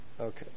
Okay